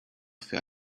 für